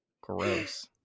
Gross